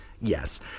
yes